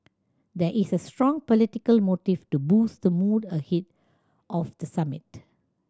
there is a strong political motive to boost the mood ahead of the summit